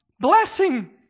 Blessing